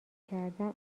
کردن